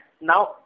Now